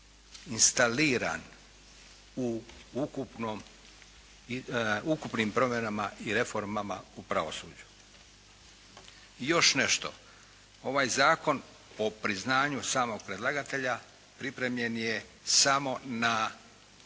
instaliran u ukupnom, ukupnim promjenama i reformama u pravosuđu. I još nešto ovaj zakon po priznanju samog predlagatelja pripremljen je samo na